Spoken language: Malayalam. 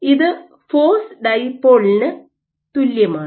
ഇത് ഫോഴ്സ് ഡൈപോളിന് തുല്യമാണ്